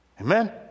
Amen